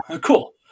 cool